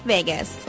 Vegas